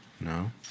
No